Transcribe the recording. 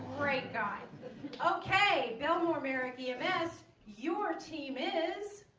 great guy okay bill more americium s your team is